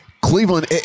Cleveland